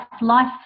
life